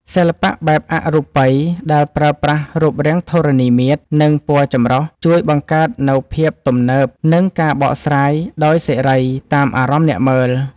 សិល្បៈបែបអរូបី ដែលប្រើប្រាស់រូបរាងធរណីមាត្រ និងពណ៌ចម្រុះ ជួយបង្កើតនូវភាពទំនើប និងការបកស្រាយដោយសេរីតាមអារម្មណ៍អ្នកមើល។